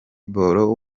ball